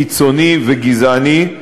קיצוני וגזעני,